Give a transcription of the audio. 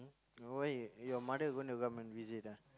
oh why your your mother going to come and visit ah